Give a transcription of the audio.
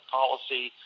policy